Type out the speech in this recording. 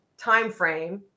timeframe